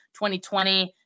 2020